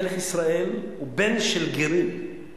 מלך ישראל הוא בן של גרים.